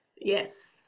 Yes